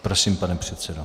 Prosím, pane předsedo.